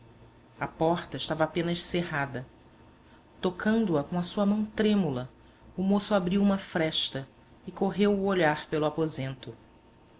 a porta estava apenas cerrada tocando a com a sua mão trêmula o moço abriu uma fresta e correu o olhar pelo aposento